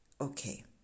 Okay